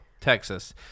texas